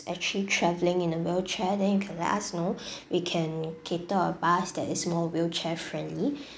actually travelling in a wheelchair then you can let us know we can cater a bus that is more wheelchair friendly